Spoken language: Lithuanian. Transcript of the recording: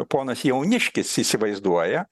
ponas jauniškis įsivaizduoja